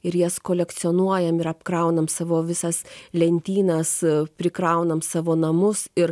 ir jas kolekcionuojam ir apkraunam savo visas lentynas prikraunam savo namus ir